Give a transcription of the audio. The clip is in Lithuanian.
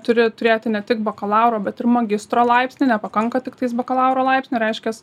turi turėti ne tik bakalauro bet ir magistro laipsnį nepakanka tiktais bakalauro laipsnio reiškias